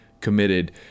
committed